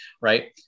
Right